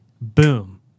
Boom